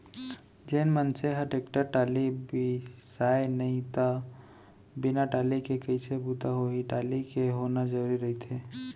जेन मनसे ह टेक्टर टाली बिसाय नहि त बिन टाली के कइसे बूता होही टाली के होना जरुरी रहिथे